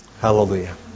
Hallelujah